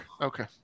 Okay